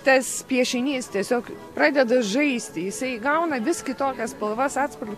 tas piešinys tiesiog pradeda žaisti jisai įgauna vis kitokias spalvas atspalvius